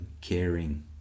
Caring